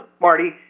Marty